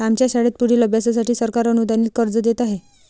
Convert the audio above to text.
आमच्या शाळेत पुढील अभ्यासासाठी सरकार अनुदानित कर्ज देत आहे